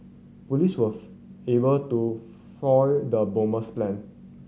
police was able to foil the bomber's plan